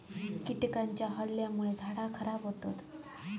कीटकांच्या हल्ल्यामुळे झाडा खराब होतत